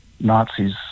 Nazis